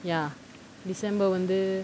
ya december வந்து:vanthu